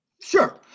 Sure